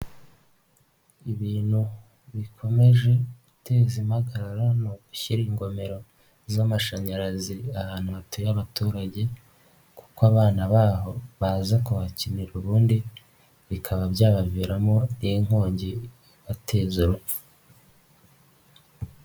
Ibintu bikomeje guteza impagarara ni ugushyira ingomero z'amashanyarazi ahantu hatuye abaturage kuko abana baho baza kuhakinira ubundi bikaba byabaviramo ni inkongi ibateza urupfu.